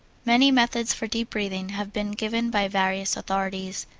many methods for deep breathing have been given by various authorities.